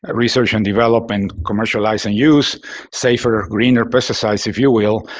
ah research and development, commercialize and use safer, greener pesticides, if you will.